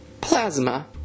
plasma